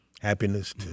happiness